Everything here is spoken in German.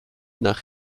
nach